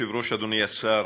אדוני היושב-ראש, אדוני השר,